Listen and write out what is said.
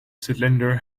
cylinder